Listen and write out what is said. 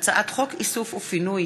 תוספת ותק לעולה),